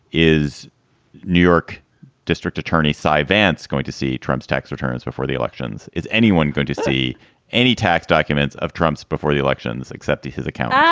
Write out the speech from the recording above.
is new york district attorney cy vance going to see trump's tax returns before the elections? is anyone going to see any tax documents of trump's before the elections accepting his account? ah